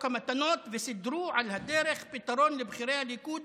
המתנות וסידרו על הדרך פתרון לבכירי הליכוד